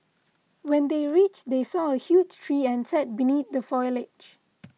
when they reached they saw a huge tree and sat beneath the foliage